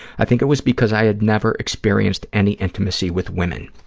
i think it was because i had never experienced any intimacy with women.